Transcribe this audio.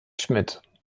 schmidt